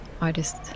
artist